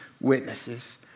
witnesses